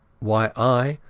why i,